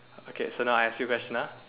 okay so now I ask you question ah